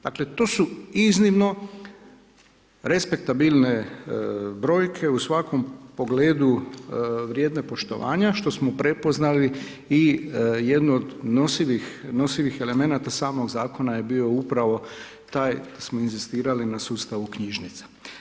Dakle, to su iznimno respektabilne brojke u svakom pogledu vrijedne poštovanja što smo prepoznali i jednu nosivih elemenata samog zakona je bio upravo taj smo inzistirali na sustav knjižnica.